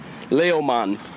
Leoman